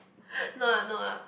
no I'm not ah